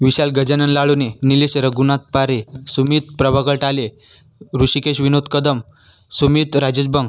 Vishal Gajanan Lalune Nilesh Raghunath Pare Sumit Prabhakar Tale Rishikesh Vinod Kadam Sumeet Rajesh Bang